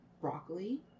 broccoli